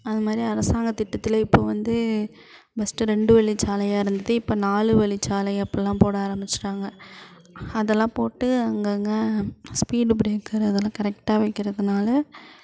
அது மாதிரி அரசாங்கத் திட்டத்தில் இப்போ வந்து ஃபஸ்ட்டு ரெண்டு வழிச்சாலையா இருந்தது இப்போ நாலு வழிச்சாலை அப்படில்லாம் போட ஆரம்பித்துட்டாங்க அதெல்லாம் போட்டு அங்கங்கே ஸ்பீடு ப்ரேக்கரு அதெல்லாம் கரெக்டாக வெக்கறதுனால்